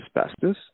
asbestos